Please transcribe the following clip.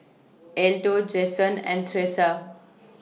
Alto Jasen and Thresa